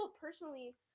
personally